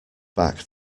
back